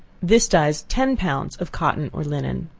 this dyes ten pounds of cotton or linen.